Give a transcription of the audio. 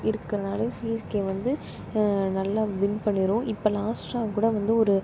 இருக்கிறனாலே CSK வந்து நல்லா win பண்ணிரும் இப்போ லாஸ்ட்டாக கூட வந்து ஒரு